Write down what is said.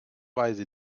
weise